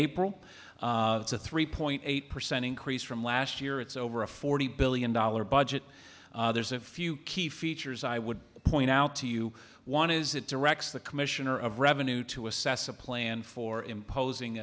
to three point eight percent increase from last year it's over a forty billion dollars budget there's a few key features i would point out to you one is that directs the commissioner of revenue to assess a plan for imposing